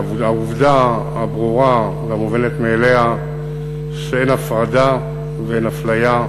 העובדה הברורה והמובנת מאליה היא שאין הפרדה ואין אפליה,